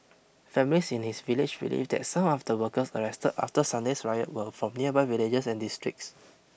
families in his village believe that some of the workers arrested after Sunday's riot were from nearby villages and districts